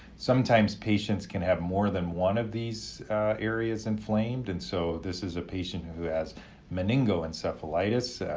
sometimes, patients can have more than one of these areas inflamed and so, this is a patient who who has meningoencephalitis.